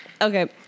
Okay